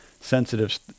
sensitive